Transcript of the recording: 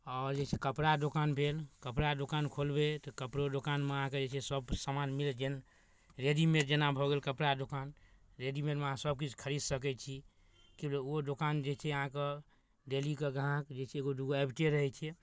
आओर जे छै कपड़ा दोकान भेल कपड़ा दोकान खोलबै तऽ कपड़ो दोकानमे अहाँके जे छै सभकिछु सामान मिल गेल रेडीमेड जेना भऽ गेल कपड़ा दोकान रेडीमेडमे अहाँ सभकिछु खरीद सकै छी की ओ दोकान जे छै अहाँके डेलीके ग्राहक जे छै एगो दूगो अबिते रहै छै